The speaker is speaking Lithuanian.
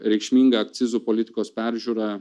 reikšminga akcizų politikos peržiūra